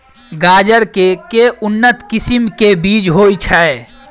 गाजर केँ के उन्नत किसिम केँ बीज होइ छैय?